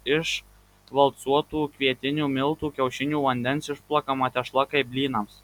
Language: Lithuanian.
iš valcuotų kvietinių miltų kiaušinių vandens išplakama tešla kaip blynams